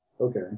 okay